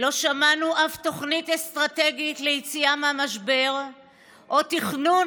לא שמענו אף תוכנית אסטרטגית ליציאה מהמשבר או תכנון